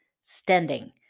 standing